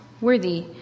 worthy